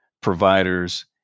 providers